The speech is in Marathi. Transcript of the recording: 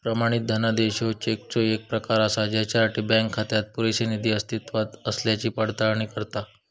प्रमाणित धनादेश ह्यो चेकचो येक प्रकार असा ज्यासाठी बँक खात्यात पुरेसो निधी अस्तित्वात असल्याची पडताळणी करता